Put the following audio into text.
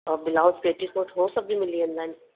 और blouse petticoat हो सभु बि मिली वेंदा आहिनि